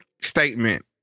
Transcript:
statement